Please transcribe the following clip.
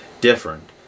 different